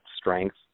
strength